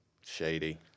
Shady